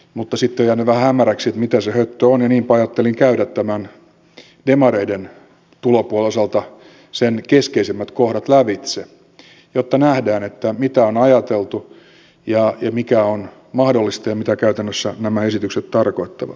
mutta sitten on jäänyt vähän hämäräksi että mitä se höttö on ja niinpä ajattelin käydä tämän demareiden tulopuolen keskeisemmät kohdat lävitse jotta nähdään mitä on ajateltu ja mikä on mahdollista ja mitä käytännössä nämä esitykset tarkoittavat